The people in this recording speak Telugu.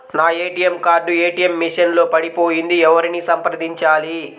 నా ఏ.టీ.ఎం కార్డు ఏ.టీ.ఎం మెషిన్ లో పడిపోయింది ఎవరిని సంప్రదించాలి?